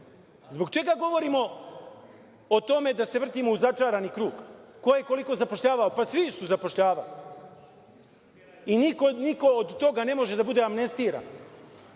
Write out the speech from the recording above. čega govorimo o tome da se vrtimo u začarani krug? Ko je koliko zapošljavao? Pa, svi su zapošljavali i niko od toga ne može da bude amnestiran.